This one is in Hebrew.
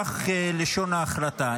כך לשון ההחלטה,